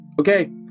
Okay